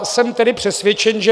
Jsem tedy přesvědčen, že